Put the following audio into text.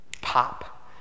pop